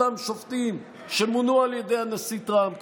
אותם שופטים שמונו על ידי הנשיא טראמפ,